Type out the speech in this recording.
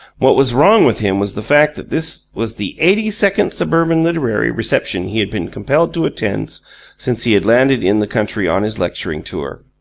what was wrong with him was the fact that this was the eighty-second suburban literary reception he had been compelled to attend since he had landed in the country on his lecturing tour,